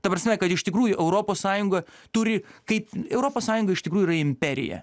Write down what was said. ta prasme kad iš tikrųjų europos sąjunga turi kaip europos sąjunga iš tikrųjų yra imperija